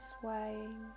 swaying